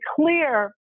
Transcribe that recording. clear